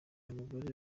abagore